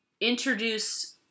introduce